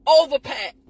overpack